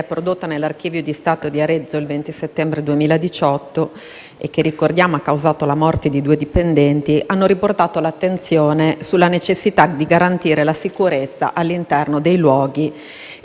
che ha causato la morte di due dipendenti - hanno riportato l'attenzione sulla necessità di garantire la sicurezza all'interno dei luoghi e istituti della cultura e del patrimonio culturale nazionale.